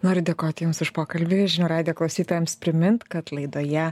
noriu dėkoti jums už pokalbį žinių radijo klausytojams primint kad laidoje